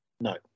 no